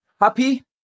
Happy